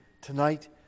tonight